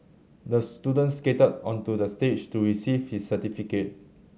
the student skated onto the stage to receive his certificate